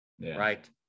Right